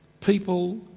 people